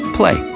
play